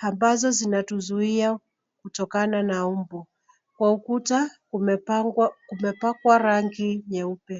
ambazo zinatuzuia kutokana na mbu. Kwa ukuta kumepakwa rangi nyeupe.